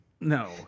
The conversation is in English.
no